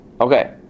Okay